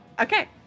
Okay